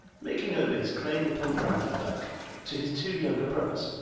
making over his claim upon brandenburg to his two younger brothers.